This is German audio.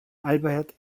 albert